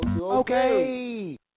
Okay